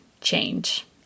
change